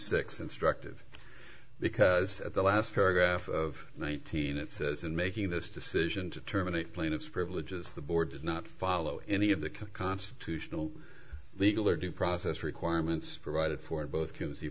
six instructive because at the last paragraph of nineteen it says in making this decision to terminate plaintiffs privileges the board did not follow any of the constitutional legal or due process requirements provided for both c